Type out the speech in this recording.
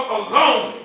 alone